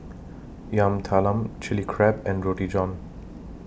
Yam Talam Chili Crab and Roti John